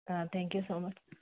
ꯑꯥ thank you so ꯃꯁ